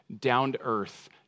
down-to-earth